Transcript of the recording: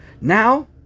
now